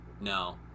No